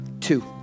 Two